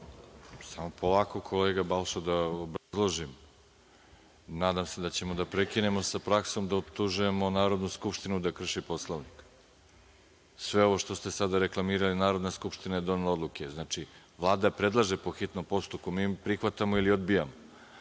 Hvala. **Veroljub Arsić** Nadam se da ćemo da prekinemo sa praksom da optužujemo Narodnu skupštinu da krši Poslovnik. Sve ovo što ste sada reklamirali Narodna skupština je donela odluke. Znači, Vlada predlaže po hitnom postupku, mi prihvatamo ili odbijamo. Kolega